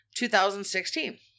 2016